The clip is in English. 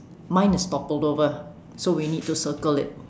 mine is toppled over so we need to circle it